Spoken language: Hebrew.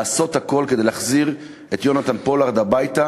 לעשות הכול כדי להחזיר את יונתן פולארד הביתה,